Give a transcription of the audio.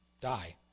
Die